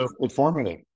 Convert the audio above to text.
Informative